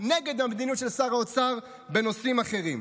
נגד המדיניות של שר האוצר בנושאים אחרים.